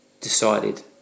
decided